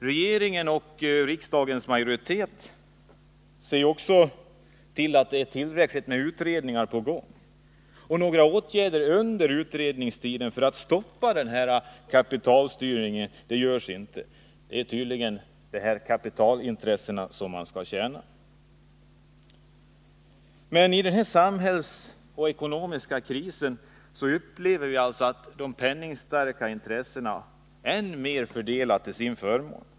Regeringen och riksdagens majoritet ser också till att tillräckligt många utredningar är i gång, och under utredningstiden vidtas inga åtgärder för att stoppa denna kapitalstyrning. Det är tydligen kapitalintressena man skall tjäna. I den här krisen för samhället och ekonomin upplever vi alltså att de penningstarka intressena fördelar ännu mer till sin förmån.